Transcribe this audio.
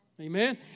Amen